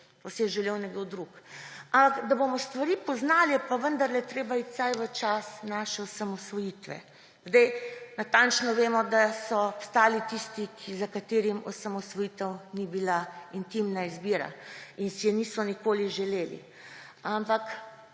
je želel nekdo drug. Da pa bomo stvari poznali, je pa vendarle treba iti vsaj v čas naše osamosvojitve. Zdaj natančno vemo, da so obstali tisti, za katere osamosvojitev ni bila intimna izbira in si je niso nikoli želeli. Tisti